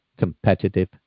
competitive